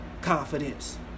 confidence